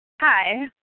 Hi